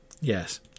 yes